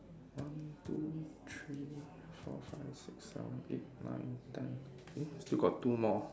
one two three four five six seven eight nine ten eh still got two more